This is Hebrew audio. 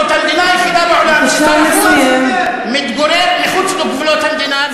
זאת המדינה היחידה בעולם ששר החוץ מתגורר מחוץ לגבולות המדינה,